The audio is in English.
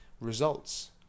results